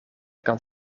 kan